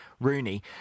Rooney